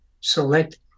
select